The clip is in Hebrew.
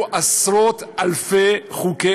לאשר חוקי